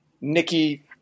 Nikki –